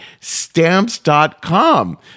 Stamps.com